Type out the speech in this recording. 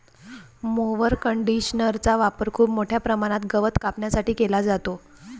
mower कंडिशनरचा वापर खूप मोठ्या प्रमाणात गवत कापण्यासाठी केला जातो